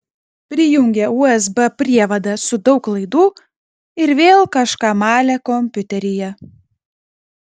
prijungė usb prievadą su daug laidų ir vėl kažką malė kompiuteryje